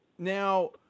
Now